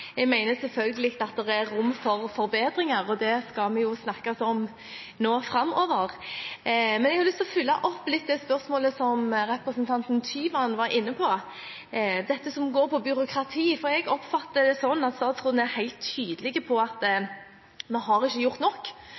Jeg mener selvfølgelig at det er rom for forbedringer, og det skal vi snakkes om framover. Jeg har lyst til å følge litt opp det spørsmålet som representanten Tyvand var inne på, dette som går på byråkrati. Jeg oppfatter det slik at statsråden er helt tydelig på at vi ikke har gjort nok